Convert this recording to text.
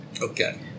Okay